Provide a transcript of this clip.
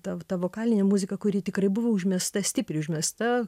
ta ta vokalinė muzika kuri tikrai buvo užmesta stipriai užmesta